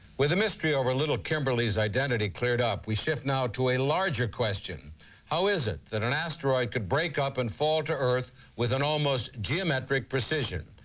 with the mystery over little kimberly's identity cleared up we shift now to a larger question how is it that an asteroid could break up and fall to earth with an almost geometric precision?